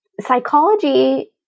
psychology